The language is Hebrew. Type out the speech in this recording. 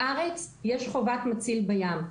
בארץ יש חובת מציל בים,